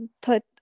put